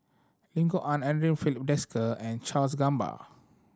Lim Kok Ann Andre Filipe Desker and Charles Gamba